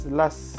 last